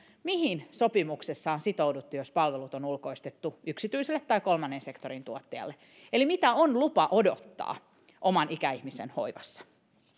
mihin sopimuksessa on sitouduttu jos palvelut on ulkoistettu yksityiselle tai kolmannen sektorin tuottajalle eli mitä on lupa odottaa oman ikäihmisen hoivassa